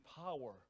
power